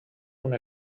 una